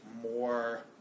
more